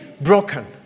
broken